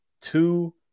two